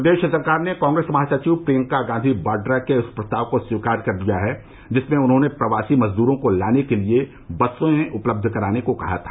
प्रदेश सरकार ने कांग्रेस महासचिव प्रियंका गांधी वाड्रा के उस प्रस्ताव को स्वीकार कर लिया है जिसमें उन्होंने प्रवासी मजदूरों को लाने के लिये बसें उपलब्ध कराने को कहा था